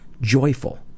Joyful